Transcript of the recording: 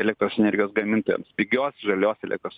elektros energijos gamintojams pigios žalios elektros